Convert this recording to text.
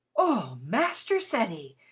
oh, master ceddie!